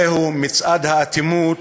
זהו מצעד האטימות,